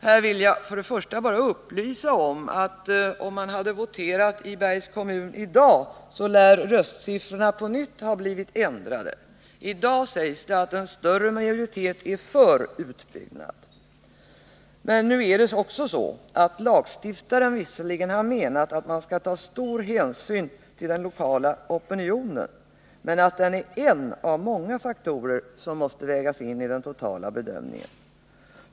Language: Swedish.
Här vill jag först bara upplysa om att om man voterar i Bergs kommun i dag lär röstsiffrorna på nytt bli ändrade. I dag sägs det att en större majoritet är för en utbyggnad. Men nu är det också så att lagstiftaren visserligen har menat att man bör ta stor hänsyn till den lokala opinionen men att den är en av många faktorer som måste vägas in i den totala bedömningen.